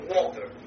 Walter